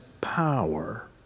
power